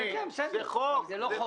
זה חוק.